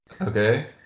okay